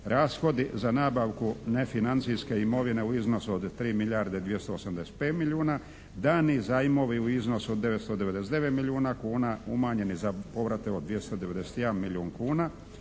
Rashodi za nabavku nefinancijske imovine u iznosu od 3 milijarde 285 milijuna, dani zajmovi u iznosu od 999 milijuna kuna umanjeni za povrate od 291 milijun kuna